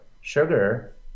sugar